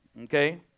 Okay